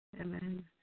Amen